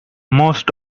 most